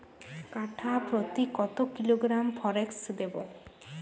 কাঠাপ্রতি কত কিলোগ্রাম ফরেক্স দেবো?